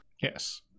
Yes